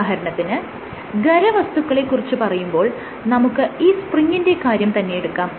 ഉദാഹരണത്തിന് ഖരവസ്തുക്കളെ കുറിച്ച് പറയുമ്പോൾ നമുക്ക് ഈ സ്പ്രിങിന്റെ കാര്യം തന്നെയെടുക്കാം